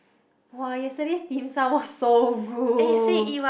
[wah] yesterday's Dim-Sum was so good